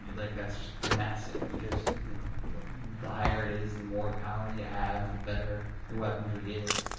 like that's just massive because you know the higher it is, the more power you have, the better your weaponry is,